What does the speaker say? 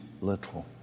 little